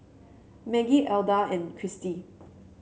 Maggie Elda and Christy